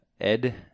Ed